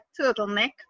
turtleneck